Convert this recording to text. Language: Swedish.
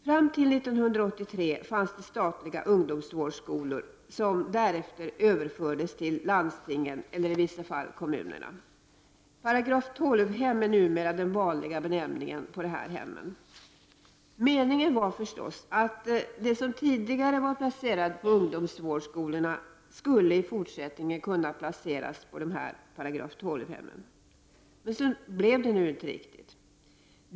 Fram till 1983 fanns statliga ungdomsvårdsskolor som därefter överfördes till landstingen eller i vissa fall till kommunerna. § 12-hem är numera den vanliga benämningen på dessa hem. Meningen var förstås att de som tidigare var placerade på ungdomsvårdsskola i fortsättningen skulle placeras på § 12 hem. Men så blev det nu inte riktigt.